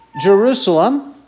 Jerusalem